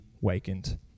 wakened